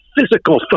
physical